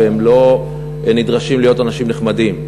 והם לא נדרשים להיות אנשים נחמדים,